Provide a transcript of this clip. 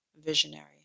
visionary